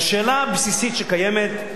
והשאלה הבסיסית שקיימת היא,